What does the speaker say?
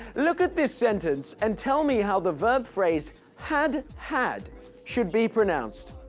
look at this sentence and tell me how the verb phrase had had should be pronounced.